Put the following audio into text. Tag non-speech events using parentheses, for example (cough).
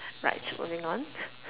right moving on (laughs)